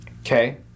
okay